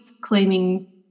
claiming